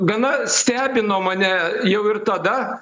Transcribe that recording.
gana stebino mane jau ir tada